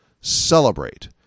celebrate